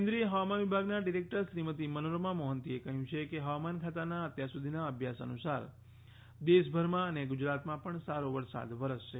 કેન્દ્રિય હવામાન વિભાગના ડિરેક્ટર શ્રીમતી મનોરમા મોહંતીએ કહયું કે હવામાન ખાતાના અત્યાર સુધીના અભ્યાસ અનુસાર દેશભરમાં અને ગુજરાતમાં પણ સારો વરસાદ વરસશે